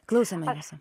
klausome jūsų